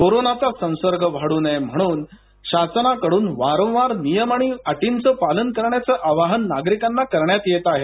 कोरोनाचा संसर्ग वाढू नये म्हणून शासनाकडून वारंवार नियम आणि अटींचं पालन करण्याचं आवाहन नागरिकांना करण्यात येत आहे